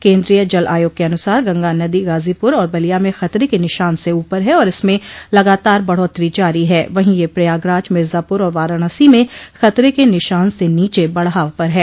केन्द्रीय जल आयोग के अनुसार गंगा नदी गाजीपुर और बलिया में खतरे के निशान से उपर है और इसमें लगातार बढ़ोत्तरी जारी है वहीं यह प्रयागराज मिर्जापुर और वाराणसी में खतरे के निशान से नीचे बढ़ाव पर है